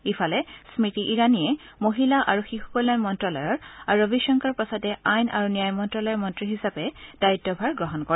ইফালে স্মৃতি ইৰানীয়ে মহিলা আৰু শিশুকল্যাণ মন্তালয়ৰ আৰু ৰবিশংকৰ প্ৰসাদে আইন আৰু ন্যায় মন্তালয়ৰ মন্তী হিচাপে দায়িতভাৰ গ্ৰহণ কৰে